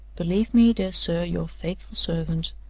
believe me, dear sir, your faithful servant,